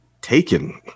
taken